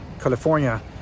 California